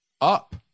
up